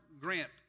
Grant